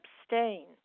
abstain